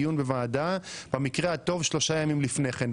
הזמנה לדיון בוועדה במקרה הטוב שלושה ימים לפני כן,